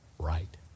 right